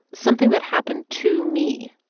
something that happened to me.